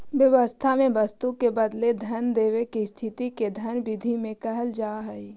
व्यवस्था में वस्तु के बदले धन देवे के स्थिति के धन विधि में कहल जा हई